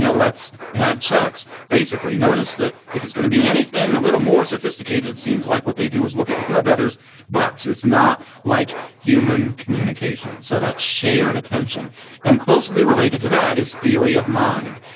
yeah let's have sex. basically notice that if it's going to be anything a little more sophisticated, it seems like what they do is look at one another's butts. it's not like human communication. so that shared attention and closely related to that is theory of mind,